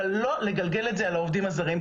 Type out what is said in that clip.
אבל לא לגלגל את זה על העובדים הזרים.